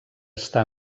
està